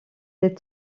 des